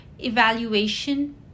evaluation